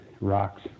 rocks